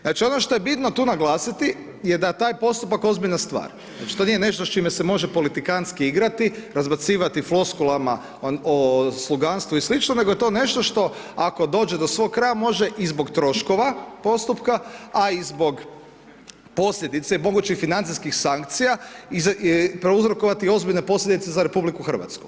Znači ono što je bitno tu naglasiti da je taj postupak ozbiljna stvar, to nije nešto s čime se može politikantski igrati, razbacivati floskulama o sluganstvu i slično, nego je to nešto što ako dođe do svog kraja može i zbog troškova postupka, a i zbog posljedice, mogućih financijskih sankcija, prouzrokovati ozbiljne posljedice za RH.